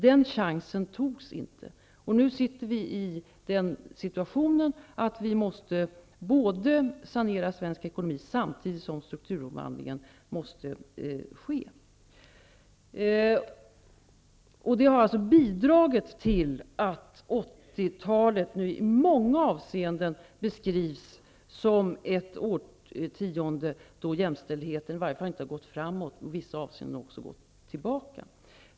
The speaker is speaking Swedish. Den chansen togs inte, och nu är vi i den situationen att vi måste sanera svensk ekonomi samtidigt som strukturomvandlingen måste ske. Det har alltså bidragit till att 80-talet nu i många avseenden beskrivs som ett årtionde då jämställdheten i varje fall inte gick framåt och i vissa fall också gick tillbaka.